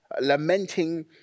lamenting